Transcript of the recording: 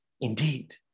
indeed